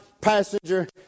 passenger